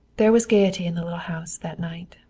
there was gayety in the little house that night.